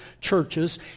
churches